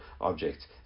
object